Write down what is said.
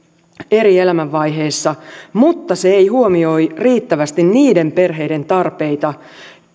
eri elämänvaiheissa mutta se ei huomioi riittävästi niiden perheiden tarpeita